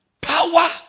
Power